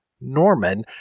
Norman